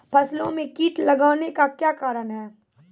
फसलो मे कीट लगने का क्या कारण है?